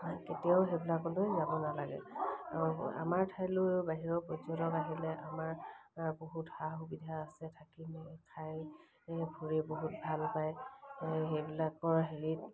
কেতিয়াও সেইবিলাকলৈ যাব নালাগে আৰু আমাৰ ঠাইলৈও বাহিৰৰ পৰ্যটক আহিলে আমাৰ বহুত সা সুবিধা আছে থাকি খাই ফুৰি বহুত ভাল পায় সেইবিলাকৰ হেৰিত